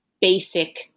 basic